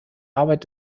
arbeit